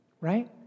right